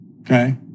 Okay